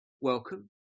Welcome